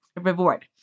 reward